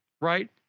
right